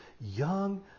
young